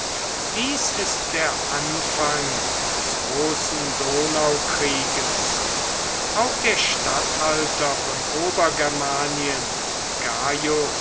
dies ist der anfang des großen donau bürgerkrieges auch der statthalter von obergermanien